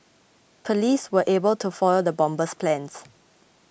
police were able to foil the bomber's plans